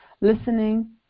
Listening